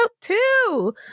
two